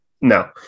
No